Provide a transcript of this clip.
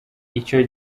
icyo